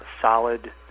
solid